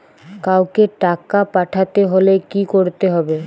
কাওকে টাকা পাঠাতে হলে কি করতে হবে?